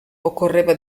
occorreva